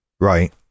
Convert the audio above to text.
Right